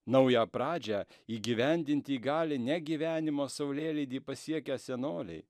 naują pradžią įgyvendinti gali ne gyvenimo saulėlydį pasiekę senoliai